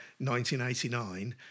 1989